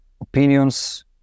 opinions